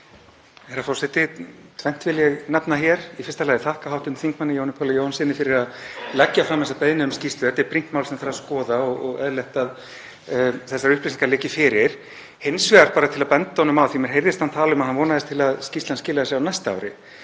Herra forseti. Tvennt vil ég nefna hér. Í fyrsta lagi þakka ég hv. þm. Jóhanni Páli Jóhannssyni fyrir að leggja fram þessa beiðni um skýrslu. Þetta er brýnt mál sem þarf að skoða og eðlilegt að þessar upplýsingar liggi fyrir. Hins vegar bara til að benda honum á, því að mér heyrðist hann tala um að hann vonaðist til að skýrslan skilaði sér á næsta ári,